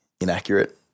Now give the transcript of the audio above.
inaccurate